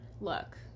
look